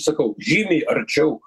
sakau žymiai arčiau